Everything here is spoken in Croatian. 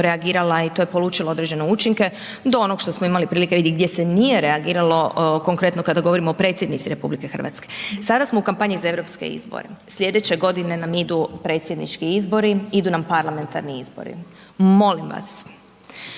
i to je polučilo određene učinke do onog što smo imali prilike vidjeti gdje se nije reagiralo konkretno kada govorimo o predsjednici RH. Sada smo u kampanji za europske izbore, sljedeće godine nam idu predsjednički izbori i idu nam parlamentarni izbori, molim vas,